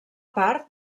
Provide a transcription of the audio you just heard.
part